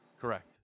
Correct